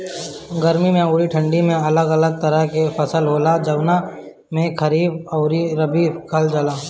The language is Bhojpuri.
गर्मी अउरी ठंडी में अलग अलग तरह के फसल होला, जवना के खरीफ अउरी रबी कहल जला